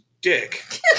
dick